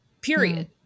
period